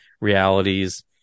realities